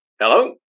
hello